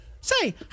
Say